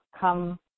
come